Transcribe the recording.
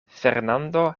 fernando